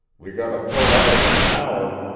we gotter pull out in an hour.